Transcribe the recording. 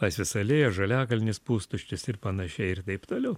laisvės alėja žaliakalnis pustuštis ir panašiai ir taip toliau